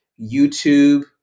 YouTube